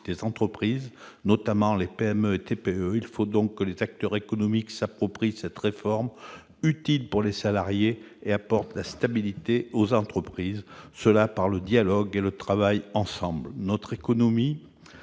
des entreprises, notamment des PME et TPE. Il faut donc que les acteurs économiques s'approprient cette réforme, qui est utile pour les salariés et qui apporte de la stabilité aux entreprises par le dialogue et le travail ensemble. Notre économie